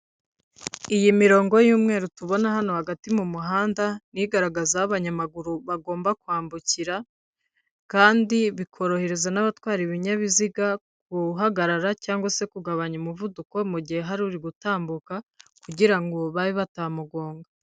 Iyi mirongo y'umweru tubona hano hagati mu muhanda, ni igaragaza aho abanyamaguru bagomba kwambukira kandi bikorohereza n'abatwara ibinyabiziga guhagarara cyangwa se kugabanya umuvuduko mu gihe hari uri gutambuka kugira ngo babe batamugonga.